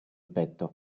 petto